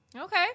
Okay